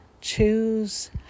Choose